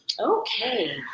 Okay